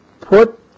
put